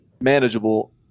manageable